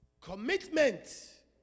commitment